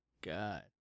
god